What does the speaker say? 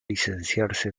licenciarse